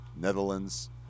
Netherlands